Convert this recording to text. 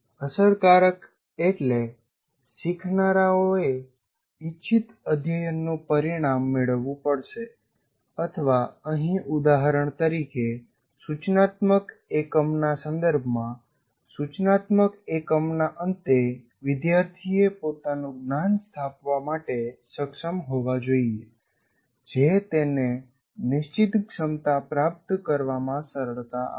અસરકારક એટલે કે શીખનારાઓએ ઇચ્છિત અધ્યયનનું પરિણામ મેળવવું પડશે અથવા અહીં ઉદાહરણ તરીકે સૂચનાત્મક એકમના સંદર્ભમાં સૂચનાત્મક એકમના અંતે વિદ્યાર્થીએ પોતાનું જ્ઞાન સ્થાપવા માટે સક્ષમ હોવા જોઈએ જે તેને નિશ્ચિત ક્ષમતા પ્રાપ્ત કરવામાં સરળતા આપશે